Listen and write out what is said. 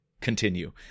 Continue